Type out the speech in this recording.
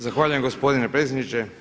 Zahvaljujem gospodine predsjedniče.